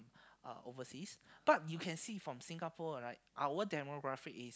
uh overseas but you can see from Singapore right our demographic is